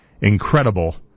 incredible